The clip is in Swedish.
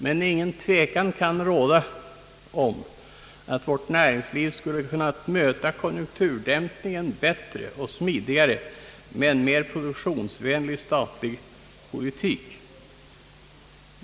Men ingen tvekan kan råda om att vårt näringsliv skulle kunnat möta konjunkturdämpningen bättre och smidigare med en mer produktionsvänlig statlig politik.